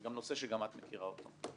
גם נושא שאת מכירה אותו.